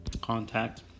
contact